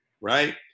right